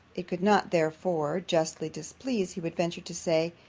it could not therefore justly displease, he would venture to say,